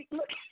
look